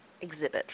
exhibit